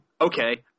okay